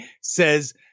says